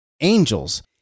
Angels